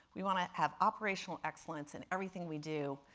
we want to have operational excellence in everything we do,